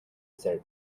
said